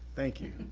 thank you,